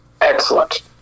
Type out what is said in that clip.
Excellent